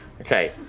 Okay